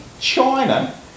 China